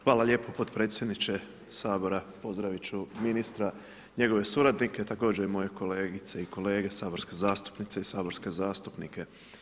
Hvala lijepo potpredsjedniče Sabora, pozdraviti ću ministra, njegove suradnike, također i moje kolegice i kolege saborske zastupnice i saborske zastupnike.